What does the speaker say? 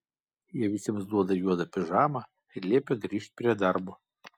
jie visiems duoda juodą pižamą ir liepia grįžt prie darbo